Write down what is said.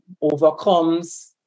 overcomes